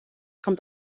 kommt